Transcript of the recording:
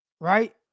right